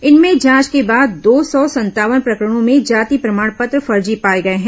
इनमें जांच के बाद दो सौ संतावन प्रकरणों में जाति प्रमाण पत्र फर्जी पाए गए हैं